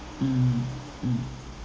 mm mm